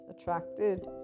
attracted